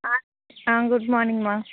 ஆ good மார்னிங்மா